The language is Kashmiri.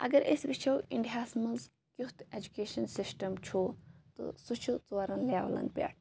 اَگَر أسۍ وٕچھَو اِنڈِیاہَس مَنٛز یُتھ ایٚجُکیشَن سِسٹَم چھُ تہٕ سُہ چھُ ژورَن لیولَن پیٹھ